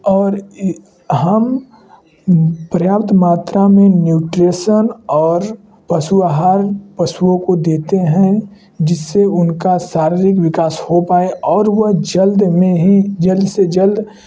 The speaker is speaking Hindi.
और हम पर्याप्त मात्रा में न्यूट्रिसन और पशु आहार पशुओं को देते हैं जिससे उनका शारीरिक विकास हो पाए और वह जल्द में ही जल्द से जल्द